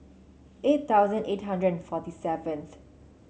eight thousand eight hundred and forty seventh